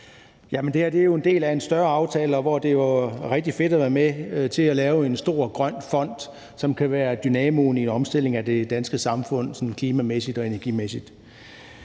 Det her er jo en del af en større aftale, og det er rigtig fedt at være med til at lave en stor grøn fond, som kan være dynamoen i omstillingen af det danske samfund sådan klimamæssigt og energimæssigt.